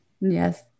Yes